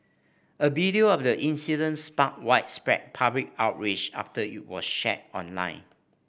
a video of the incidence sparked widespread public outrage after it were shared online